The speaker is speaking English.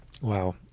Wow